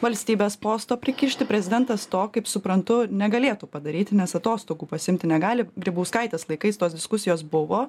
valstybės posto prikišti prezidentas to kaip suprantu negalėtų padaryti nes atostogų pasiimti negali grybauskaitės laikais tos diskusijos buvo